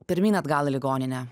pirmyn atgal į ligoninę